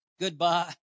Goodbye